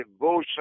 devotion